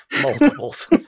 Multiples